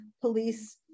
police